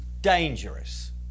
dangerous